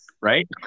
Right